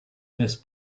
miss